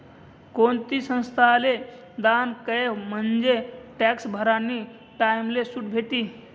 कोणती संस्थाले दान कयं म्हंजे टॅक्स भरानी टाईमले सुट भेटी